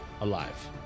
alive